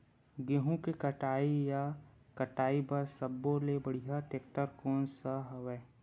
गेहूं के कटाई या कटाई बर सब्बो ले बढ़िया टेक्टर कोन सा हवय?